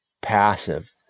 passive